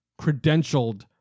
credentialed